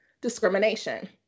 discrimination